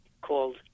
called